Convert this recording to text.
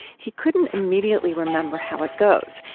he couldn't immediately remember how it goes,